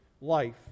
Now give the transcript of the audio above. life